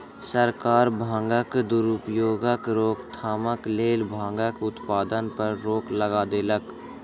सरकार भांगक दुरुपयोगक रोकथामक लेल भांगक उत्पादन पर रोक लगा देलक